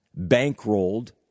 bankrolled